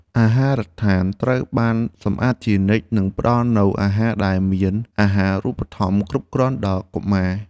អាហារដ្ឋានត្រូវបានសម្អាតជានិច្ចនិងផ្តល់នូវអាហារដែលមានអាហារូបត្ថម្ភគ្រប់គ្រាន់ដល់កុមារ។